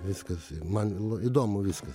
viskas man l įdomu viskas